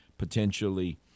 potentially